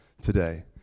today